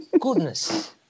goodness